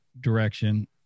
direction